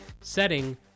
setting